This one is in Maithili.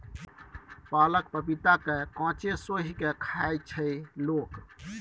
पाकल पपीता केँ कांचे सोहि के खाइत छै लोक